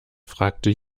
fragte